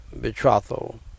betrothal